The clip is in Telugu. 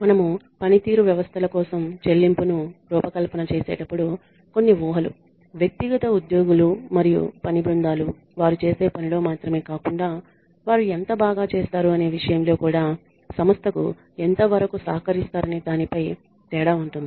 మనము పనితీరు వ్యవస్థల కోసం చెల్లింపును రూపకల్పన చేసేటప్పుడు కొన్ని ఊహలు వ్యక్తిగత ఉద్యోగులు మరియు పని బృందాలు వారు చేసే పనిలో మాత్రమే కాకుండా వారు ఎంత బాగా చేస్తారు అనే విషయంలో కూడా సంస్థకు ఎంతవరకు సహకరిస్తారనే దానిపై తేడా ఉంటుంది